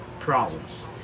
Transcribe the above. problems